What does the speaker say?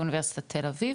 באוניברסיטת תל אביב,